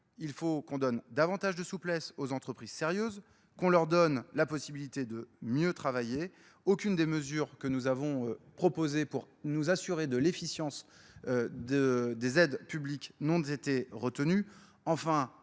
Il faut qu'on donne davantage de souplesse aux entreprises sérieuses, qu'on leur donne la possibilité de mieux travailler. Aucune des mesures que nous avons proposées pour nous assurer de l'efficience des aides publiques n'ont été retenues. Enfin,